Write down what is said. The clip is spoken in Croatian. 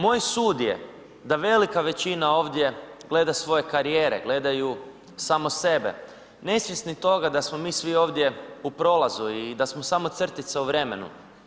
Moj sud je da velika većina ovdje gleda svoje karijere, gledaju samo sebe, nesvjesni toga da smo mi svi ovdje u prolazu i da smo crtica u vremenu.